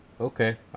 Okay